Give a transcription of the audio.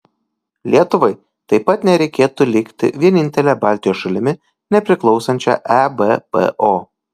lietuvai taip pat nereikėtų likti vienintele baltijos šalimi nepriklausančia ebpo